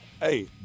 Hey